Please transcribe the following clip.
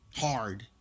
Hard